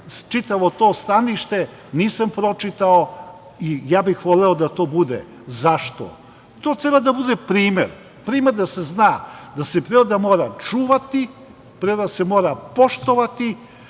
čitavo to stanište, nisam pročitao. Ja bih voleo da to bude. Zašto? To treba da bude primer, primer da se zna da se priroda mora čuvati, priroda se mora poštovati